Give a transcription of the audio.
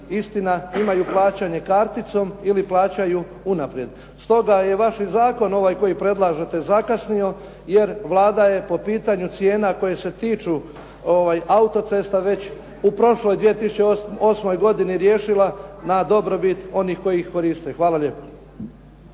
istina imaju plaćanje karticom ili plaćaju unaprijed. Stoga je vaš i zakon ovaj koji predlažete zakasnio jer Vlada je po pitanju cijena koje se tiču auto-cesta već u prošloj 2008. godini riješila na dobrobit onih koji ih koriste. Hvala lijepo.